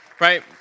Right